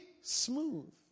smooth